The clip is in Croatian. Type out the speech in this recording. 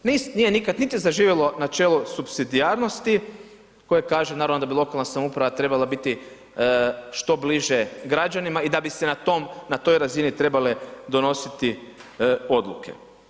Nije nikad niti zaživjelo supsidijarnosti koje kaže naravno da bi lokalna samouprava trebala biti što bliže građanima i da bi se na toj razini trebale donositi odluke.